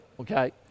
okay